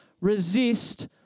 resist